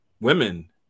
women